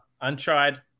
Untried